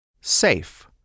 SAFE